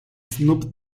snoop